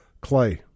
Clay